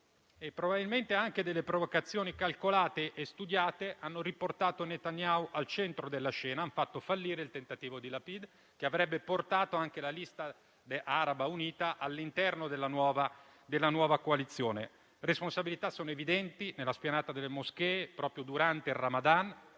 probabilmente anche provocazioni calcolate e studiate hanno riportato Netanyahu al centro della scena e hanno fatto fallire il tentativo di Lapid, che avrebbe portato anche la lista araba unita all'interno della nuova coalizione. Le responsabilità sono evidenti nella Spianata delle Moschee proprio durante il Ramadan,